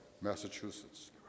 Massachusetts